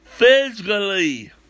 Physically